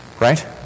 Right